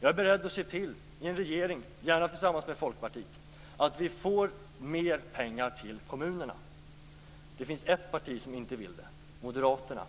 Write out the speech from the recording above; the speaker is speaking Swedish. Jag är, gärna i en regering tillsammans med Folkpartiet, beredd att se till att vi får mer pengar till kommunerna. Det finns ett parti som inte vill det, nämligen Moderaterna.